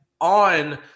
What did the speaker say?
on